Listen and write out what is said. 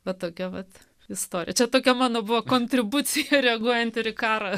bet tokia vat istorija čia tokia mano buvo kontribucija reaguojant ir į karą